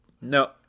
no